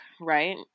right